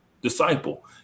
disciple